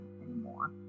anymore